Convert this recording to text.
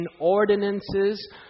ordinances